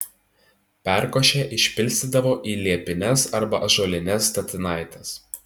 perkošę išpilstydavo į liepines arba ąžuolines statinaites